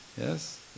Yes